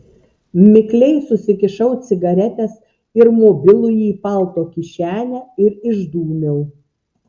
mikliai susikišau cigaretes ir mobilųjį į palto kišenę ir išdūmiau